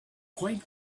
quite